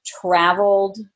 traveled